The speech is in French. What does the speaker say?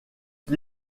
qui